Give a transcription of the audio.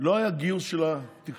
לא היה גיוס של התקשורת,